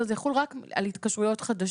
זאת אומרת, זה יחול רק על התקשרויות חדשות.